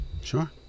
sure